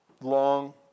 long